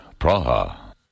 Praha